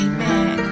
Amen